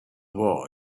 war